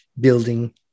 building